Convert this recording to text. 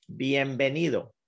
bienvenido